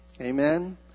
Amen